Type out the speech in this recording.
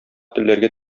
телләргә